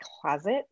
closet